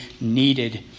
needed